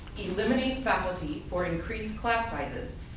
eliminating faculty or increase class sizes,